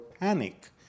panic